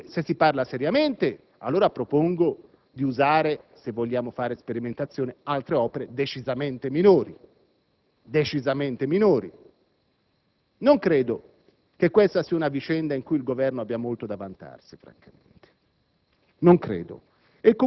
parla seriamente? Se si parla seriamente, allora propongo di usare, se vogliamo fare sperimentazioni, altre opere decisamente minori. Non credo che questa sia una vicenda di cui il Governo abbia molto da vantarsi, francamente.